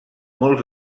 molts